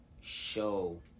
show